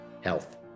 health